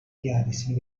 iadesini